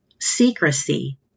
secrecy